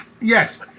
Yes